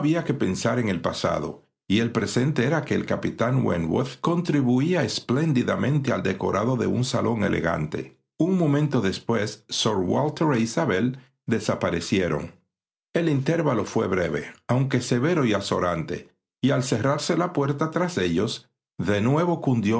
que pensar en el pasado y el presente era que el capitán wentworth contribuía espléndidamente al decorado de un salón elegante un momento después sir walter e isabel desaparecieron el intervalo fué breve aunque severo y azorante y al cerrarse la puerta tras ellos de nuevo cundió